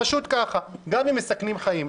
פשוט ככה, גם אם מסכנים חיים.